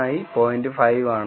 5 ആണ്